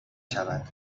شود